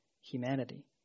humanity